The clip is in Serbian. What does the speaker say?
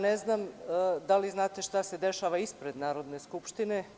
Ne znam da li znate šta se dešava ispred Narodne skupštine?